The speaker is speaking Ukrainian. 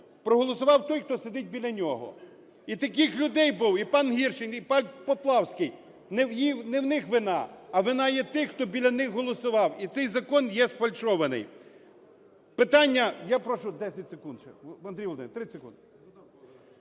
проголосував той, хто сидить біля нього. І таких людей було, і пан ....., і пан Поплавський. Не в них вина, а вина є тих, хто біля них голосував. І цей закон є сфальшований. Питання… Я прошу 10 секунд ще. Андрій Володимирович, 30 секунд.